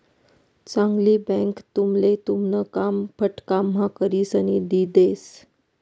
चांगली बँक तुमले तुमन काम फटकाम्हा करिसन दी देस